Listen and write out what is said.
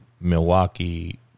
Milwaukee